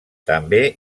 també